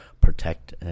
protect